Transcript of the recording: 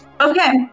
Okay